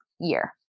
year